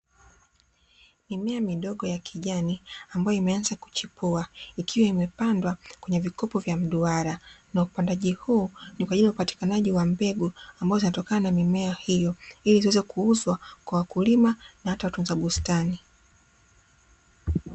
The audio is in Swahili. Mimea midogo ya kijani ambayo imeanza kuchepua, ikiwa imepandwa kwenye vikopo vya mduara na upandaji huu ni kwa ajili ya upatikanaji wa mbegu ambazo zinatokana na mimea hio iliziweze kuuzwa kwa wakulima na hata watunza bustani.